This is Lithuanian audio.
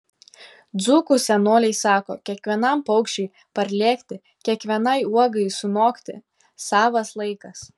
dzūkų senoliai sako kiekvienam paukščiui parlėkti kiekvienai uogai sunokti savas laikas